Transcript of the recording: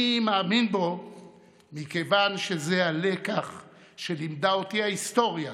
אני מאמין בו מכיוון שזה הלקח שלימדה אותי ההיסטוריה,